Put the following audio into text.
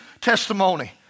testimony